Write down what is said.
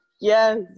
Yes